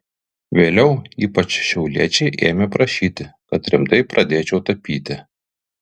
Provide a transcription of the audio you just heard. vėliau ypač šiauliečiai ėmė prašyti kad rimtai pradėčiau tapyti